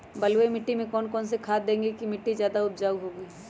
बलुई मिट्टी में कौन कौन से खाद देगें की मिट्टी ज्यादा उपजाऊ होगी?